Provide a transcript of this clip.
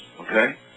okay